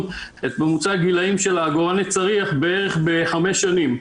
את ממוצע הגילאים של עגורני הצריח בערך בחמש שנים.